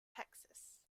texas